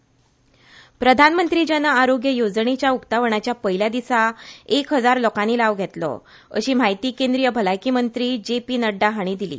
जन आरोग्य येवजण प्रधानमंत्री जन आरोग्य येवजणेच्या उक्तावणाच्या पयल्या दिसा एक हजार लोकांनी लाव घेतलो अशी म्हायती केंद्रीय भलायकी मंत्री जे पी नड्डा हांणी दिली